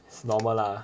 it's normal lah